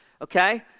okay